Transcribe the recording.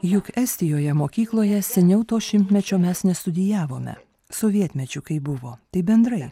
juk estijoje mokykloje seniau to šimtmečio mes nestudijavome sovietmečiu kai buvo taip bendrai